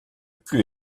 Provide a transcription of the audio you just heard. plus